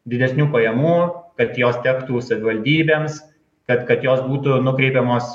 didesnių pajamų kad jos tektų savivaldybėms kad kad jos būtų nukreipiamos